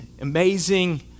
amazing